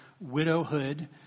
widowhood